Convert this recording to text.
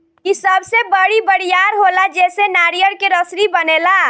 इ सबसे बड़ी बरियार होला जेसे नारियर के रसरी बनेला